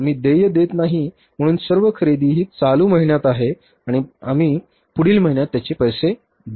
आम्ही देय देत नाही म्हणून सर्व खरेदी हि चालू महिन्यात आहे आणि आम्ही पुढील महिन्यात त्याचे पैसे देत आहोत